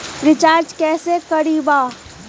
Recharge कैसे करीब?